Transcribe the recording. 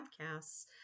podcasts